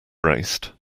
braced